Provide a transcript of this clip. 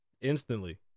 Instantly